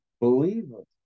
believers